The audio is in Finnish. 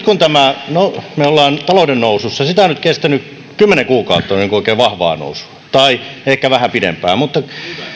kun me nyt olemme talouden nousussa sitä on nyt kestänyt kymmenen kuukautta oikein vahvaa nousua tai ehkä vähän pidempään